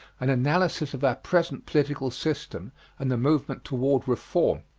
an analysis of our present political system and the movement toward reform.